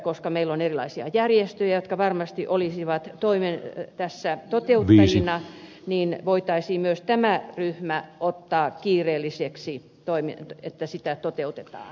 koska meillä on erilaisia järjestöjä jotka varmasti olisivat tässä toteuttajina niin voitaisiin myös tämä ryhmä ottaa kiireelliseksi niin että sitä toteutetaan